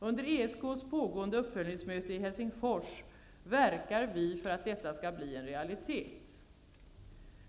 Under ESK:s pågående uppföljningsmöte i Helsingfors verkar vi för att detta skall bli en realitet.